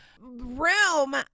room